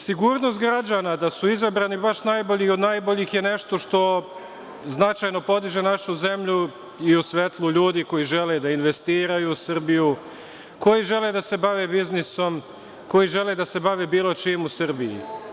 Sigurnost građana da su izabrani baš najbolji od najboljih je nešto što značajno podiže našu zemlju i u svetlu ljudi koji žele da investiraju u Srbiju, koji žele da se bave biznisom, koji žele da se bave bilo čim u Srbiji.